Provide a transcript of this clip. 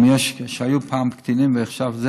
שהיו פעם קטינים ועכשיו זה,